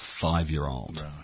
five-year-old